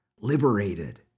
liberated